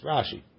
Rashi